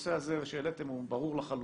הנושא הזה שהעליתם הוא ברור לחלוטין.